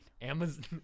Amazon